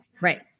Right